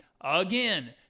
again